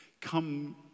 come